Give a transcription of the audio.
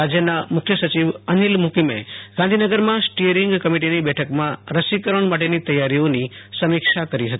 રાજ્યના મુખ્ય સચિવ અનિલ મુકીમે ગાંધીનગરમાં સ્ટિથરોં કમિટીની બેઠકમાં રસીકરણ માટેની તૈયારીઓની સમીક્ષા કરી હતી